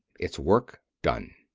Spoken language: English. its work done.